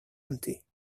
empty